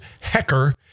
Hecker